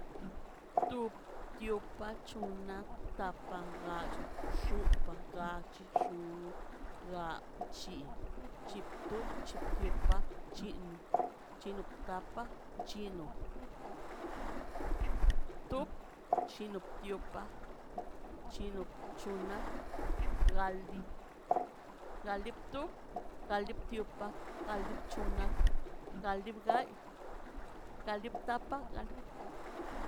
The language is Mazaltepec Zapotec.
Tio tiopa c̱honaꞌ tapaꞌ gayo xopa gach xono ga chi chi top chip tiopa chino chino tapa chino top chino tiopa chino bchona chino tapa galdi galdi top galdi tiopa galdi bchonaꞌ galdi bgay galdi btapaꞌ